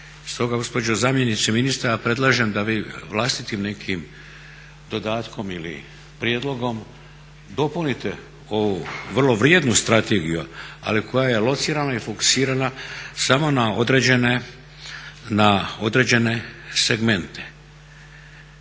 Stoga gospođo zamjenice ministra predlažem da vi vlastitim nekim dodatkom ili prijedlogom dopunite ovu vrlo vrijednu strategiju, ali koja je locirana i fokusirana samo na određene segmente.